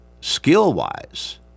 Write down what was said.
skill-wise